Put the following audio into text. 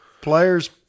players